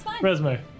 Resume